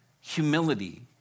humility